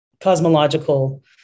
cosmological